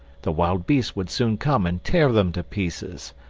the wild beasts would soon come and tear them to pieces.